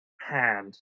hand